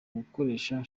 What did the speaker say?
gukoresha